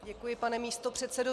Děkuji pane místopředsedo.